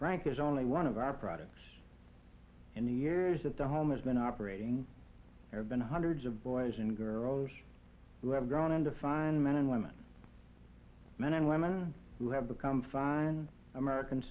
frank is only one of our products in the years at the home has been operating there been hundreds of boys and girls who have gone into fine men and women men and women who have become fine american